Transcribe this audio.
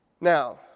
Now